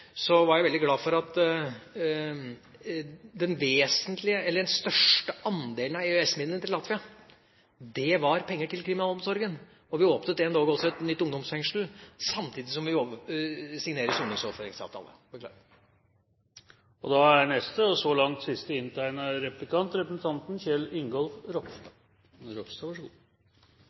var jeg veldig glad for at den største andelen av EØS-midlene til Latvia var penger til kriminalomsorgen. Vi åpnet endog også et nytt ungdomsfengsel – samtidig som vi signerte soningsoverføringsavtale. Tidligere i debatten har både en representant fra SV og